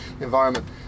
environment